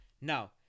Now